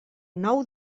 nou